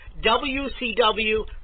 WCW